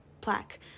plaque